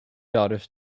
daughters